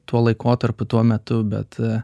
tuo laikotarpiu tuo metu bet